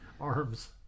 arms